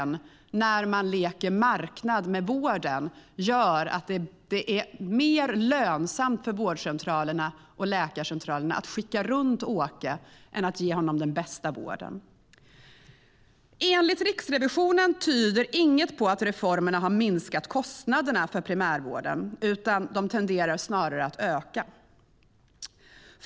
När man leker marknad med vården gör incitamenten det mer lönsamt för vårdcentralerna och läkarcentralerna att skicka runt Åke än att ge honom den bästa vården. "Enligt Riksrevisionen tyder inget på att reformerna har minskat kostnaderna för primärvården." De tenderar snarare att öka.